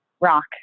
rock